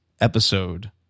episode